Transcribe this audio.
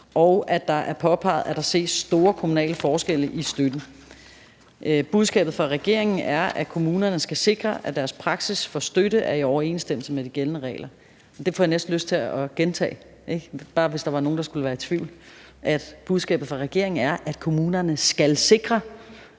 medlemmer, og at der ses store kommunale forskelle i støtten. Budskabet fra regeringen er, at kommunerne skal sikre, at deres praksis for støtte er i overensstemmelse med de gældende regler. Jeg får næsten lyst til at gentage – bare hvis der var nogle, der skulle være i tvivl – at budskabet fra regeringen er, at kommunerne skal sikre,